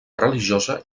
religiosa